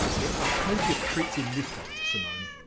there are plenty of treats in this one simone.